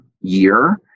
year